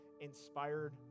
inspired